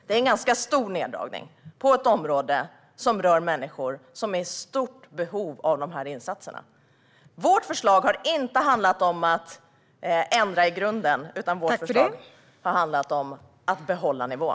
Det är en ganska stor neddragning inom ett område som rör människor i stort behov av insatser. Vårt förslag har inte handlat om att ändra i grunden, utan det har handlat om att behålla nivån.